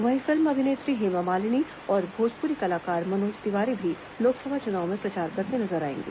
वहीं फिल्म अभिनेत्री हेमा मालिनी और भोजप्री कलाकार मनोज तिवारी भी लोकसभा चुनाव में प्रचार करते नजर आएंगे